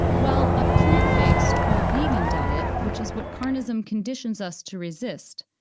while a plant-based or vegan diet, which is what carnism conditions us to resist,